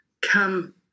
come